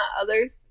others